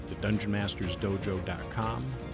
thedungeonmastersdojo.com